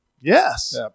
Yes